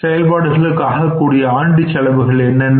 செயல்பாடுகளுக்காககூடிய ஆண்டு செலவுகள் என்னென்ன